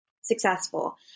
successful